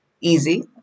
easy